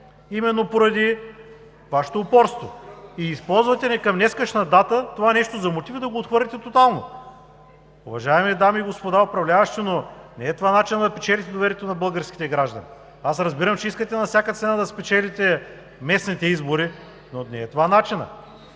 именно поради Вашето упорство. Използвате към днешна дата това нещо за мотив и да го отхвърлите тотално! Уважаеми дами и господа управляващи, не е това начинът да спечелите доверието на българските граждани. Разбирам, че искате на всяка цена да спечелите местните избори, но не е това начинът.